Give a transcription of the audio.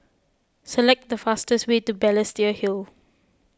select the fastest way to Balestier Hill